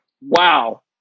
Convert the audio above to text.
wow